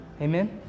Amen